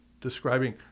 describing